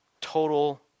total